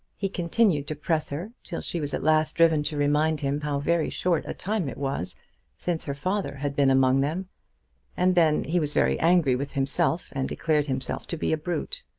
he continued to press her till she was at last driven to remind him how very short a time it was since her father had been among them and then he was very angry with himself, and declared himself to be a brute.